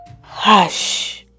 Hush